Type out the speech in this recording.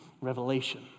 revelation